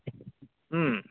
ꯎꯝ